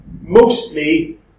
mostly